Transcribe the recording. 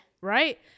right